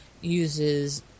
uses